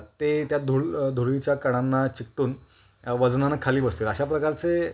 ते त्या धूळ धुळीच्या कणांना चिकटून वजनानं खाली बसतील अशा प्रकारचे